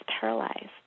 paralyzed